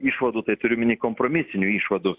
išvadų tai turiu omeny kompromisinių išvadų